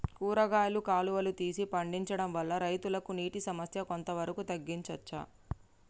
కూరగాయలు కాలువలు తీసి పండించడం వల్ల రైతులకు నీటి సమస్య కొంత వరకు తగ్గించచ్చా?